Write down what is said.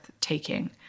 taking